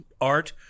art